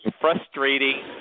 frustrating